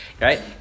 right